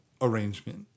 arrangement